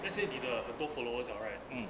let's say 你的 total followers ah right